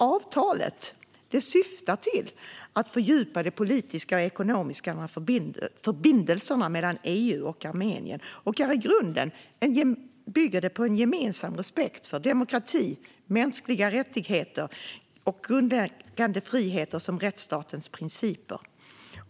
Avtalet syftar till att fördjupa de politiska och ekonomiska förbindelserna mellan EU och Armenien och bygger i grunden på en gemensam respekt för demokrati, mänskliga rättigheter, grundläggande friheter och rättsstatens principer.